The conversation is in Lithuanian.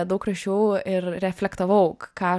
daug rašiau ir reflektavau ką